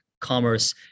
commerce